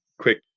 quick